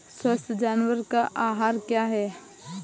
स्वस्थ जानवर का आहार क्या है?